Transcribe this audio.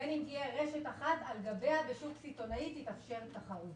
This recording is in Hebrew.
בין אם תהיה רשת אחת שעל גביה בשוק סיטונאי תתאפשר תחרות.